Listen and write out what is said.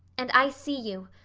and i see you,